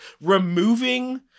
removing